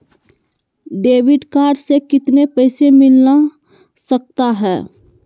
Debit card से कितने पैसे मिलना सकता हैं?